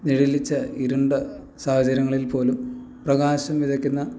നിഴലിച്ച ഇരുണ്ട സാഹചര്യങ്ങളിൽ പോലും പ്രകാശം വിതയ്ക്കുന്ന